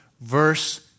verse